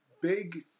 big